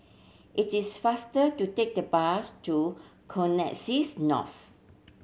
it is faster to take the bus to Connexis North